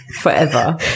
forever